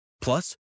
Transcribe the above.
Plus